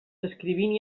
descrivint